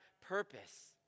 purpose